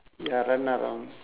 ya run around